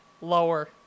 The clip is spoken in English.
Lower